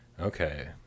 Okay